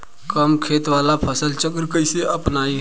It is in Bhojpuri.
कम खेत वाला फसल चक्र कइसे अपनाइल?